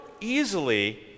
easily